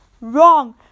Wrong